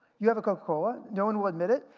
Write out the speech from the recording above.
you have a coca cola? no one will admit it?